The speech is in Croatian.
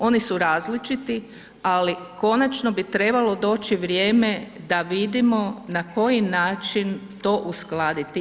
Oni su različiti ali konačno bi trebalo doći vrijeme da vidimo na koji način to uskladiti.